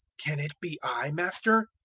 can it be i, master?